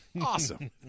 Awesome